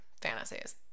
fantasies